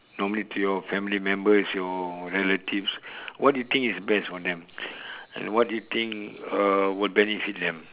normally to your family members your relatives what do you think is the best for them and what do you think uh will benefits them